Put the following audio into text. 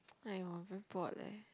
!aiyo! very bored leh